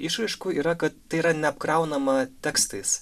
išraiškų yra kad tai yra neapkraunama tekstais